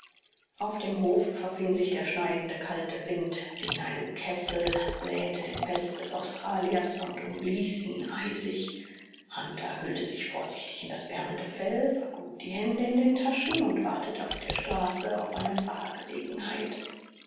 auf dem hof verfing sich der schneidend kalte wind wie in einem kessel blähte den pelz des australiers und umblies ihn eisig hunter hüllte sich vorsichtig in das wärmende fell vergrub die hände in den taschen und wartete auf der straße auf eine fahrgelegenheit